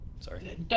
Sorry